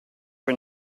che